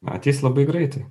ateis labai greitai